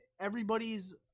everybody's